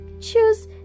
Choose